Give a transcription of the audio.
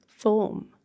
Form